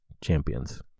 champions